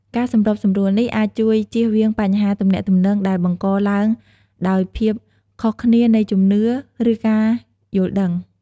ការសម្របសម្រួលនេះអាចជួយជៀសវាងបញ្ហាទំនាក់ទំនងដែលបង្កឡើងដោយភាពខុសគ្នានៃជំនឿ ឬការយល់ដឹង។